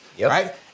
right